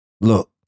Look